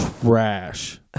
Trash